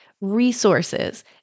resources